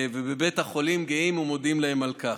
ובבית החולים גאים ומודים להם על כך.